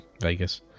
Vegas